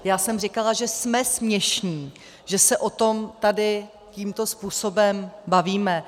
Já jsem říkala, že jsme směšní, že se o tom tady tímto způsobem bavíme.